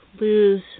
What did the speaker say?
lose